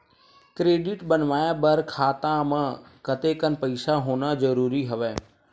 Credit बनवाय बर खाता म कतेकन पईसा होना जरूरी हवय?